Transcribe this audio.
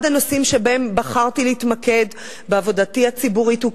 אחד הנושאים שבהם בחרתי להתמקד בעבודתי הציבורית הוא